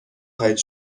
خواهید